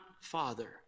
father